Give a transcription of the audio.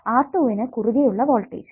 R2 നു കുറുകെ ഉള്ള വോൾട്ടേജ്